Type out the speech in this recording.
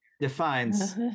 defines